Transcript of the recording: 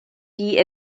die